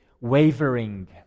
wavering